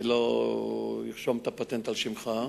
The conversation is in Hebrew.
אני לא ארשום את הפטנט על שמך.